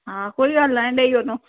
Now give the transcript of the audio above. हा कोई ॻाल्हि नाहे ॾेई वञो